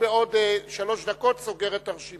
בעוד שלוש דקות אני סוגר את הרשימה.